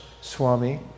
Swami